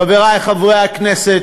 חברי חברי הכנסת,